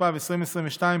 התשפ"ב 2022,